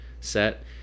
set